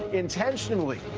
intentionally?